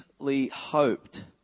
hoped